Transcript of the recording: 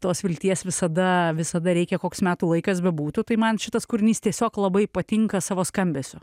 tos vilties visada visada reikia koks metų laikas bebūtų tai man šitas kūrinys tiesiog labai patinka savo skambesiu